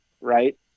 right